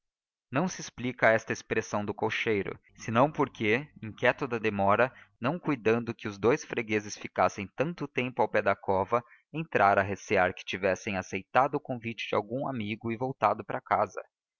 não se explica esta expressão do cocheiro senão porque inquieto da demora não cuidando que os dous fregueses ficassem tanto tempo ao pé da cova entrara a recear que tivessem aceitado o convite de algum amigo e voltado para casa